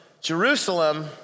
Jerusalem